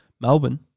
Melbourne